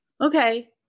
okay